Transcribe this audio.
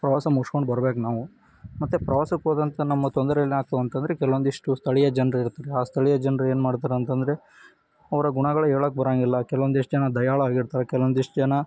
ಪ್ರವಾಸ ಮುಗ್ಸ್ಕೊಂಡು ಬರ್ಬೇಕು ನಾವು ಮತ್ತು ಪ್ರವಾಸಕ್ಕೆ ಹೋದಂಥ ನಮ್ಮ ತೊಂದರೆ ಏನಾಯ್ತು ಅಂತ ಅಂದ್ರೆ ಕೆಲವೊಂದಿಷ್ಟು ಸ್ಥಳೀಯ ಜನ್ರು ಇರ್ತಾರಲ್ಲ ಆ ಸ್ಥಳೀಯ ಜನ್ರು ಏನು ಮಾಡ್ತಾರೆ ಅಂತ ಅಂದ್ರೆ ಅವರ ಗುಣಗಳು ಹೇಳೋಕೆ ಬರೋಂಗಿಲ್ಲ ಕೆಲವೊಂದಿಷ್ಟು ಜನ ದಯಾಳು ಆಗಿರ್ತಾರೆ ಕೆಲವೊಂದಿಷ್ಟು ಜನ